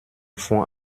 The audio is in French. fond